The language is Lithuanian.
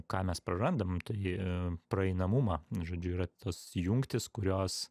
ką mes prarandam tai praeinamumą žodžiu yra tos jungtys kurios